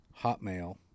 Hotmail